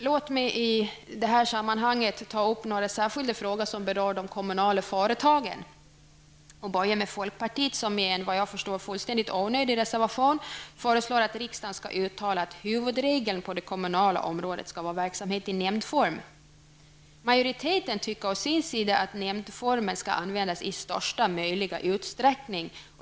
Jag vill i detta sammanhang ta upp några särskilda frågor som berör de kommunala företagen. Jag börjar med att folkpartiet i en -- såvitt jag förstår -- fullständigt onödig reservation föreslår att riksdagen skall uttala att huvudregeln på det kommunala området skall vara att verksamhet skall bedrivas i nämndform. Majoriteten å sin sida anser att nämndformen skall användas i största möjliga utsträckning.